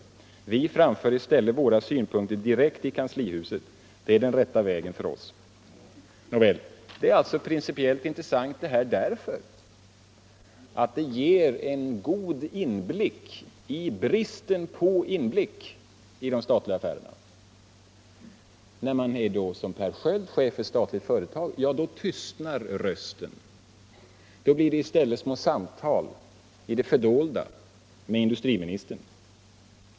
Vi framför i stället våra synpunkter direkt till kanslihuset. Det är den rätta vägen för oss.” Detta är principiellt intressant därför att det ger en god inblick i bristen på inblick i de statliga affärerna. När man såsom Per Sköld är chef för ett statligt företag tystnar rösten. Då blir det i stället små samtal i det fördolda med industriministern.